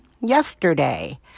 yesterday